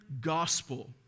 gospel